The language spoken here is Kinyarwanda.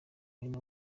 bene